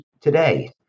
today